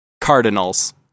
Cardinals